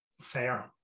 fair